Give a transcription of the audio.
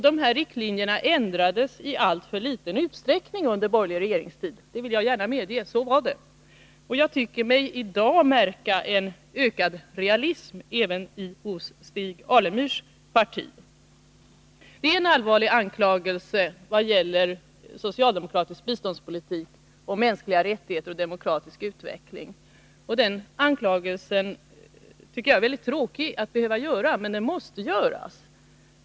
Dessa riktlinjer ändrades i alltför liten utsträckning under den borgerliga regeringstiden. Det vill jag gärna medge. Jag tycker mig i dag märka en ökad realism även inom Stig Alemyrs parti. Det är en allvarlig anklagelse jag framför när det gäller socialdemokratisk biståndspolitik och mänskliga rättigheter och demokratisk utveckling. Den anklagelsen tycker jag att det är mycket tråkigt att behöva göra, men den måste göras.